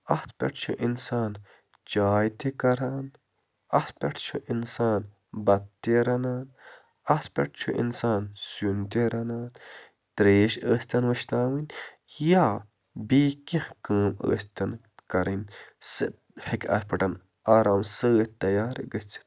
اَتھ پٮ۪ٹھ چھُ اِنسان چاے تہِ کران اَتھ پٮ۪ٹھ چھُ اِنسان بَتہٕ تہِ رَنان اَتھ پٮ۪ٹھ چھُ اِنسان سیُن تہِ رَنان تریش ٲسۍتَن وُشہٕ ناوٕنۍ یا بیٚیہِ کیٚنہہ کٲم ٲسۍتَن کَرٕنۍ سٔہ ہٮ۪کہِ اَتھ پٮ۪ٹھ آرام سۭتۍ تیار گٔژھِتھ